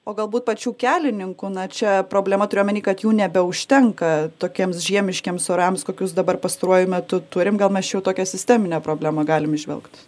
o galbūt pačių kelininkų na čia problema turiu omeny kad jų nebeužtenka tokiems žiemiškiems orams kokius dabar pastaruoju metu turim gal mes čia jau tokią sisteminę problemą galim įžvelgt